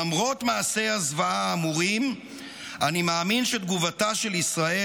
למרות מעשי הזוועה האמורים אני מאמין שתגובתה של ישראל